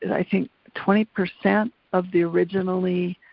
i think twenty percent of the originally,